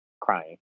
crying